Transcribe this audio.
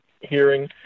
hearing